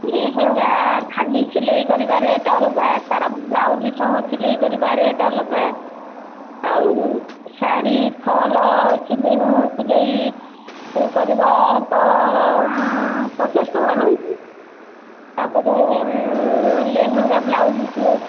ଲେହେଙ୍ଗା ଖାଲି ସିଲେଇ କରିବା ରେଟ୍ ଅଲଗା ତା'ର ବ୍ଲାଉଜ୍ ସହ ସିଲେଇ କରିବା ରେଟ୍ ଅଲଗା ଆଉ ଶାଢ଼ୀ ଫଲ୍ ସିଲେଇ ମୁହଁ ସିଲେଇ କରିବା ତ ପଚାଶ ଟଙ୍କା ନେଉଛି ତା'ପରେ ଲେହେଙ୍ଗା ବ୍ଲାଉଜ୍ ସିଏ